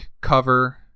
cover